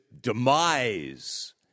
demise